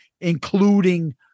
including